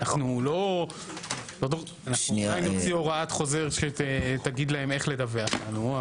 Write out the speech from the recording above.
אנחנו יכולים להוציא הוראת חוזר שתגיד להם איך לדווח לנו,